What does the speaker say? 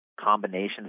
combinations